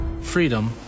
Freedom